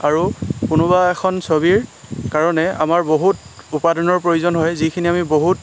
আৰু কোনোবা এখন ছবিৰ কাৰণে আমাৰ বহুত উপাদানৰ প্ৰয়োজন হয় যিখিনি আমি বহুত